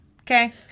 Okay